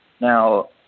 Now